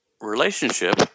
relationship